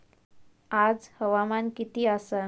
आज हवामान किती आसा?